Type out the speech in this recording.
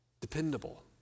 dependable